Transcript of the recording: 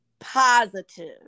positive